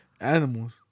Animals